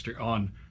on